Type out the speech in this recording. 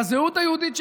בזהות היהודית שבה.